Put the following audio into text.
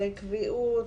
קביעות,